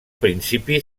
principi